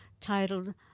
titled